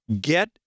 get